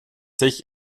sich